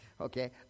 Okay